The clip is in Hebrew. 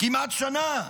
כמעט שנה,